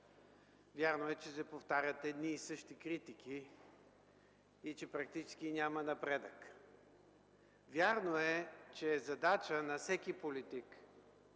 Вярно е, че се повтарят едни и същи критики и че практически няма напредък. Вярно е, че е задача на всеки политик